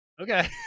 Okay